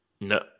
No